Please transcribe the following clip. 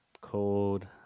Cold